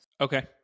Okay